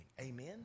Amen